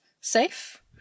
safe